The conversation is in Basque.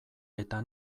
eta